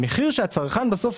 המחיר שהצרכן רואה בסוף